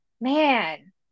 man